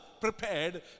prepared